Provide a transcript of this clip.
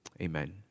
amen